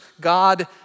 God